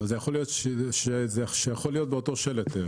אבל זה יכול להיות באותו שלט.